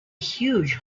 huge